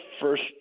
first